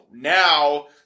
Now